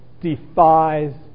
defies